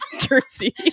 jersey